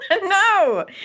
No